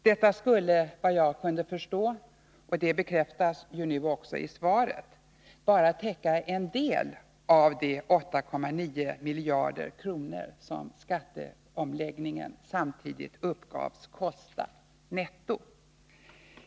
Detta skulle, såvitt jag kunde förstå — och det bekräftas nu också i svaret — bara täcka en del av de 8,9 miljarder kronor som skatteomläggningen samtidigt uppgavs kosta netto.